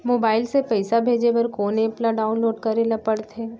Mobile से पइसा भेजे बर कोन एप ल डाऊनलोड करे ला पड़थे?